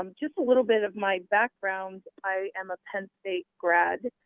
um just a little bit of my background. i am a penn state grad.